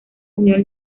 unión